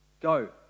Go